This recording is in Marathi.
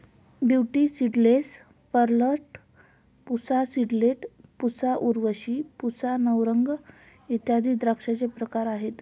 beauty seedless, Perlette, Pusa seedless, Pusa Urvashi, Pusa Navrang इत्यादी द्राक्षांचे प्रकार आहेत